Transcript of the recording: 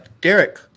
Derek